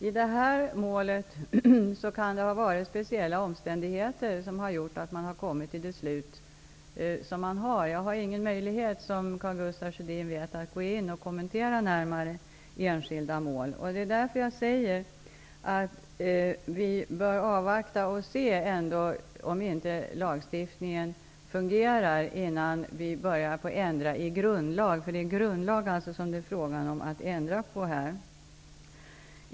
I det här målet kan det ha varit speciella omständigheter som har gjort att man har kommit till de beslut som man har. Jag har, som Karl Gustaf Sjödin vet, ingen möjlighet att gå in och närmare kommentera enskilda mål. Därför säger jag att vi bör avvakta och se om inte lagstiftningen ändå fungerar innan vi börjar ändra i grundlag. Det är alltså en grundlag som det är fråga om att ändra i.